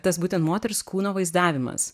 tas būtent moters kūno vaizdavimas